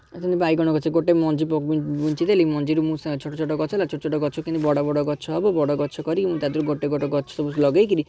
ଆଉ ସେମିତି ଗାଇଗଣ ଗଛ ଗୋଟେ ମଞ୍ଜି ପ ବିଞ୍ଚି ଦେଲି ମଞ୍ଜିରୁ ମୁସା ଛୋଟ ଛୋଟ ଗଛ ହେଲା ଛୋଟ ଛୋଟ ଗଛକୁ କେମିତି ବଡ଼ ବଡ଼ ଗଛ ହବ ବଡ଼ ଗଛ କରି କେମିତି ତା'ଦେହରୁ ଗୋଟେ ଗୋଟେ ଗଛ ସବୁ ଲଗେଇକିରି